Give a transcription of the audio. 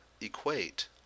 equate